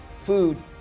Food